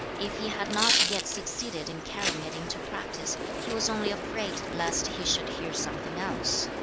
if he had not yet succeeded in carrying it into practice, he was only afraid lest he should hear something else.